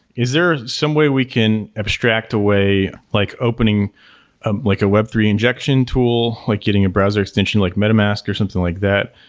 is there some way we can abstract away, like opening ah like a web three injection tool, like getting a browser extension like meta mask or something like that?